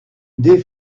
des